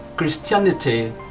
Christianity